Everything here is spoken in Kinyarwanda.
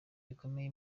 bikomeye